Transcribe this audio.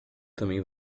também